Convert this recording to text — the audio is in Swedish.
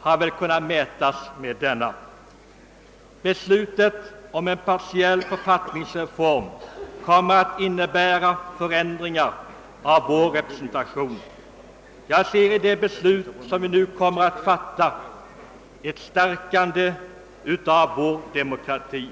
har kunnat mäta sig med den fråga vi nu diskuterar. Beslutet om en partiell författningsreform kommer att innebära förändringar av vår representation, och jag ser i det beslut vi kommer att fatta ett stärkande av vår demokrati.